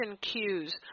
cues